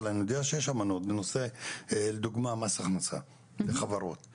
אני יודע שיש אמנות בנושא של מס הכנסה בחברות,